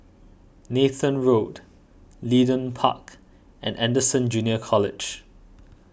Nathan Road Leedon Park and Anderson Junior College